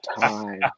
time